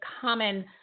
common